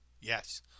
Yes